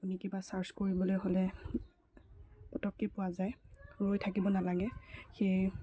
আপুনি কিবা ছাৰ্চ কৰিবলৈ হ'লে পটককৈ পোৱা যায় ৰৈ থাকিব নালাগে সেয়ে